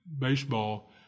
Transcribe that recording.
baseball